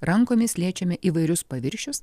rankomis liečiame įvairius paviršius